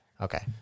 okay